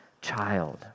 child